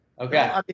Okay